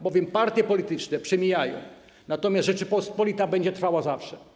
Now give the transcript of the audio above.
Bowiem partie polityczne przemijają, natomiast Rzeczpospolita będzie trwała zawsze.